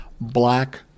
black